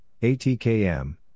ATKM